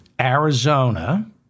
Arizona